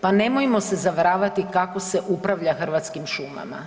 Pa nemojmo se zavaravati kako se upravlja Hrvatskim šumama.